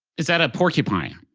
is that a porcupine?